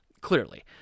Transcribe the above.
clearly